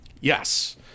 Yes